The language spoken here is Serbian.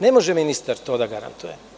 Ne može ministar to da garantuje.